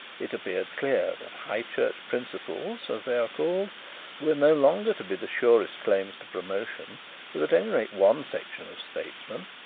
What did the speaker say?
it appeared clear that high church principles, as they are called, were no longer to be the surest claims to promotion with at any rate one section of statesmen,